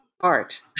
art